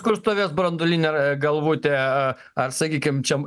kur stovės branduolinė galvutė ar sakykim čia